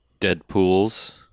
Deadpool's